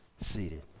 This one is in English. seated